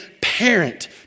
parent